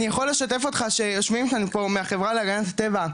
אני יכול לשתף אותך שיושבים איתנו פה מהחברה להגנת הטבע,